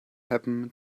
happen